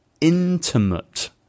intimate